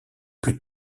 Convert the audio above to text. plus